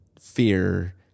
fear